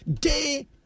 day